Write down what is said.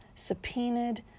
subpoenaed